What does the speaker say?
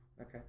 Okay